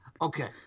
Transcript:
Okay